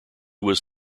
was